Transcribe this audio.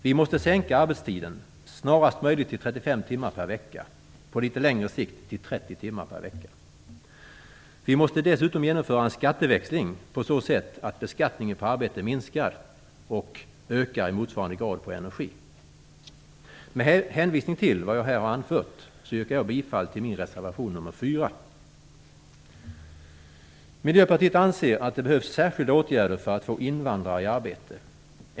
Vi måste sänka arbetstiden snarast möjligt till 35 timmar per vecka. På litet längre sikt måste den sänkas till 30 timmar per vecka. Vi måste dessutom genomföra en skatteväxling på så sätt att beskattningen på arbete minskar och i motsvarande grad ökar på energi. Men hänvisning till vad jag här anfört yrkar jag bifall till min reservation nr 4. Miljöpartiet anser att det behövs särskilda åtgärder för att få invandrare i arbete.